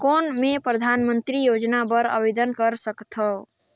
कौन मैं परधानमंतरी योजना बर आवेदन कर सकथव?